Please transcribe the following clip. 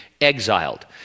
exiled